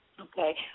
Okay